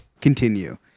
continue